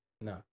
No